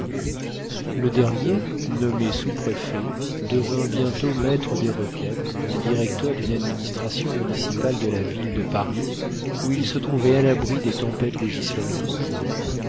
le dernier nommé sous-préfet devint bientôt maître des requêtes et directeur d'une administration municipale de la ville de paris où il se trouvait à l'abri des tempêtes législatives